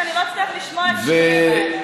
שאני לא אצטרך לשמוע את השקרים האלה.